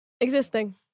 Existing